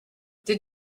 did